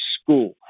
school